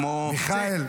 כמו --- מיכאל,